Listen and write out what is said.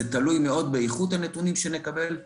זה תלוי מאוד באיכות הנתונים שנקבל.